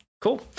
Cool